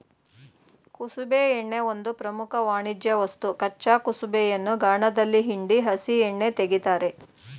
ಕುಸುಬೆ ಎಣ್ಣೆ ಒಂದು ಪ್ರಮುಖ ವಾಣಿಜ್ಯವಸ್ತು ಕಚ್ಚಾ ಕುಸುಬೆಯನ್ನು ಗಾಣದಲ್ಲಿ ಹಿಂಡಿ ಹಸಿ ಎಣ್ಣೆ ತೆಗಿತಾರೆ